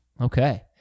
Okay